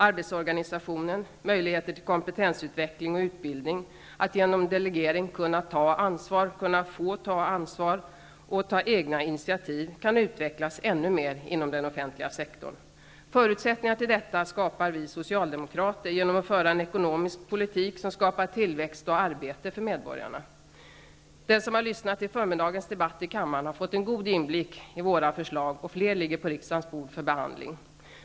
Arbetsorganisationen, möjligheterna till kompetensutveckling och utbildning liksom möjligheterna att genom delegering ta ansvar och få ta ansvar och att ta egna initiativ kan utvecklas ännu mera inom den offentliga sektorn. Förutsättningar för detta skapar vi socialdemokrater genom att föra en ekonomisk politik som åstadkommer tillväxt och arbete för medborgarna. Den som har lyssnat till förmiddagens debatt i kammaren har fått en god inblick i våra förslag, och fler förslag ligger på riksdagens bord i väntan på behandling.